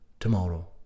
Tomorrow